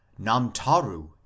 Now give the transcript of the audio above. Namtaru